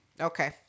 Okay